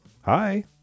hi